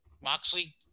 Moxley